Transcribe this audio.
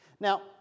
Now